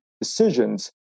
decisions